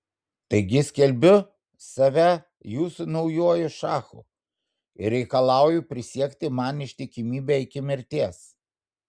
taigi skelbiu save jūsų naujuoju šachu ir reikalauju prisiekti man ištikimybę iki mirties